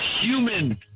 human